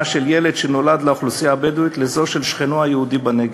של ילד שנולד באוכלוסייה הבדואית לאלה של שכנו היהודי בנגב.